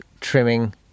trimming